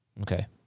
okay